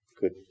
Good